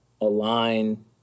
align